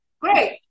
Great